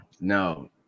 no